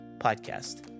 podcast